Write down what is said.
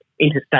interstate